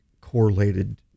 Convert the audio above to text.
correlated